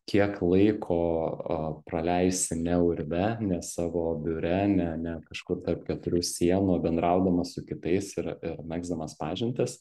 kiek laiko a praleisi ne urve ne savo biure ne ne kažkur tarp keturių sienų o bendraudamas su kitais ir megzdamas pažintis